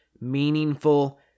meaningful